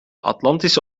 atlantische